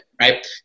Right